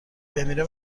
بمیره